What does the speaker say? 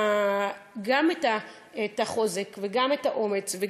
באמת גם את החוזק וגם את האומץ,